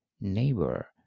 neighbor